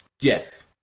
Yes